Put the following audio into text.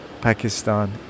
Pakistan